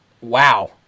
wow